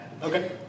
Okay